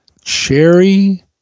cherry